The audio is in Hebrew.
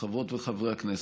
חברות וחברי הכנסת,